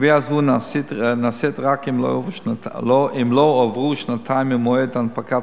גבייה זו נעשית רק אם לא עברו שנתיים ממועד הנפקת